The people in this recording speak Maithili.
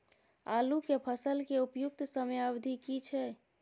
आलू के फसल के उपयुक्त समयावधि की छै?